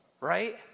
right